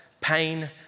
pain